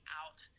out